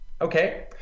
Okay